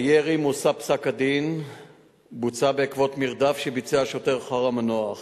הירי מושא פסק-הדין בוצע בעקבות מרדף שביצע השוטר אחר המנוח,